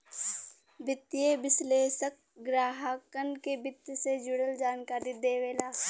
वित्तीय विश्लेषक ग्राहकन के वित्त से जुड़ल जानकारी देवेला